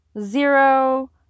zero